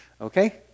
okay